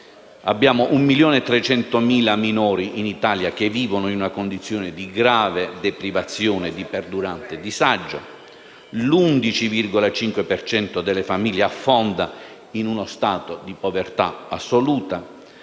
abbiamo 1.300.000 minori che vivono in una condizione di grave deprivazione e di perdurante disagio. L'11,5 per cento delle famiglie affonda in uno stato di povertà assoluta.